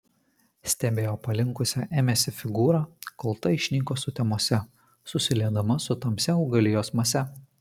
stebėjo palinkusią ėmėsi figūrą kol ta išnyko sutemose susiliedama su tamsia augalijos mase